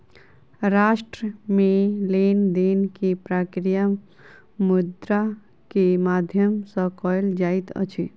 राष्ट्र मे लेन देन के प्रक्रिया मुद्रा के माध्यम सॅ कयल जाइत अछि